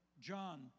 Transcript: John